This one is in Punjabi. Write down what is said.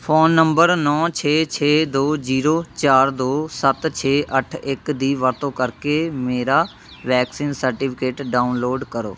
ਫ਼ੋਨ ਨੰਬਰ ਨੌ ਛੇ ਛੇ ਦੋ ਜੀਰੋ ਚਾਰ ਦੋ ਸੱਤ ਛੇ ਅੱਠ ਇੱਕ ਦੀ ਵਰਤੋਂ ਕਰਕੇ ਮੇਰਾ ਵੈਕਸੀਨ ਸਰਟੀਫਿਕੇਟ ਡਾਊਨਲੋਡ ਕਰੋ